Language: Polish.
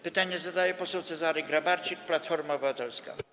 Pytanie zadaje poseł Cezary Grabarczyk, Platforma Obywatelska.